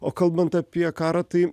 o kalbant apie karą tai